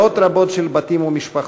מאות רבות של בתים ומשפחות,